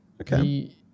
Okay